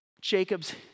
Jacob's